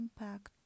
impact